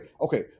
okay